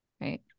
right